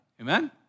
Amen